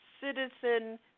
citizen